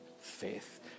faith